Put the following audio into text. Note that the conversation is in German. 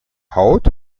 haut